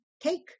take